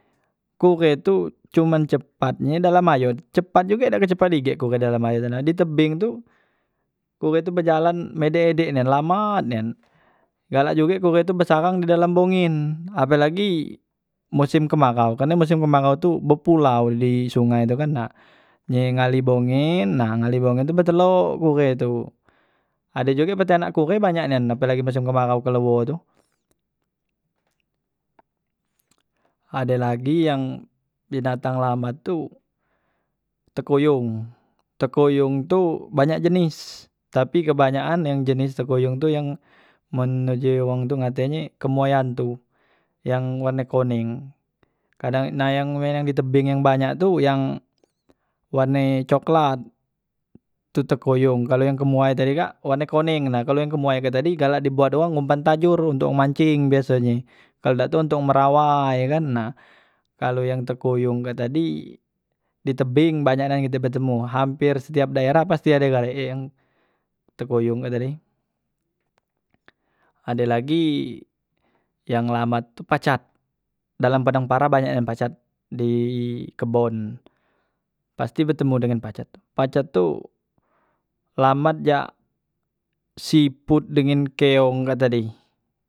Kure tu cuman cepatnye dalam ayo cepat juge dak kecepat igek kure dalam ayot tu na di tebing tu kure tu bejalan medek edek na lambat nian, galak juge kure tu besarang di dalam bungin ape lagi musim kemarau karne musim kemarau tu bepulau di sungai tu kan, na nye ngali bongen nah ngali bongen tu betelok kure tu ade juge betanak kure banyak nian ape lagi musim kemarau keluo tu. Ade lagi yang binatang lambat tu tekoyong, tekoyong tu banyak jenis tapi kebanyakan yang jenis tekoyong tu yang men uji wong tu ngatenye kemoyan tu, yang warne koneng, kadang nah yang na yang di tebing yang banyak tu yang warne coklat, tu tekoyong kalo yang kemoyan tadi kak warne koneng nah kalo kemoyan kak tadi galak dibuat wong ngumpan tajur untuk wong mancing biasonye, kalo ndak tu untuk merawai ye kan nah kalo yang tekoyong kak tadi di tebing banyak nian kite betemu hampir setiap daerah pasti ade gale e yang tekoyong kak tadi. Ade lagi yang lambat tu pacat dalam padang para banyak nian pacat di kebon pasti betemu dengan pacat, pacat tu lambat cak siput dengen keong kak tadi.